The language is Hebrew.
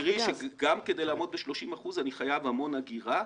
את תראי שגם כדי לעמוד ב-30 אחוזים אני חייב המון אגירה.